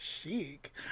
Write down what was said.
chic